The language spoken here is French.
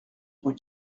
rue